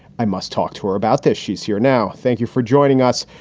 i must talk to her about this. she's here now. thank you for joining us.